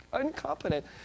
incompetent